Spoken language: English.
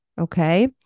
Okay